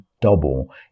double